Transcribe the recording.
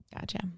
Gotcha